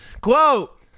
Quote